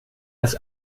das